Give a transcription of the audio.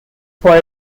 for